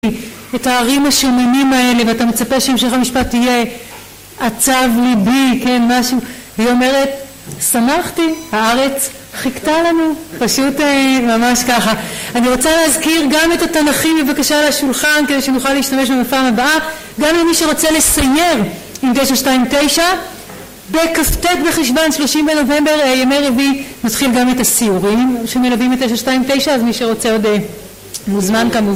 את הערים השומנים האלה ואתה מצפה שהמשך המשפט תהיה עצב ליבי כן משהו והיא אומרת שמחתי הארץ חיכתה לנו פשוט ממש ככה אני רוצה להזכיר גם את התנכים בבקשה על השולחן כדי שנוכל להשתמש בהם בפעם הבאה גם למי שרוצה לסייר עם תשע שתיים תשע בכ"ט בחשוון שלושים בנובמבר ימי רביעי נתחיל גם את הסיורים שמלווים את תשע שתיים תשע אז מי שרוצה עוד מוזמן